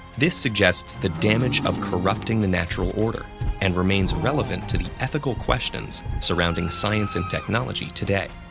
this suggests the damage of corrupting the natural order and remains relevant to the ethical questions surrounding science and technology today.